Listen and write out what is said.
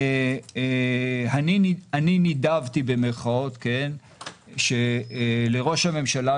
אני נידבתי במירכאות לראש הממשלה,